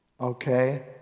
Okay